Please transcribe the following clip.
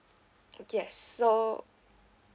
yes so